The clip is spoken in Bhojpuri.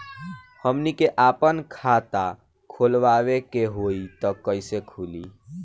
हमनी के आापन खाता खोलवावे के होइ त कइसे खुली